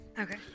Okay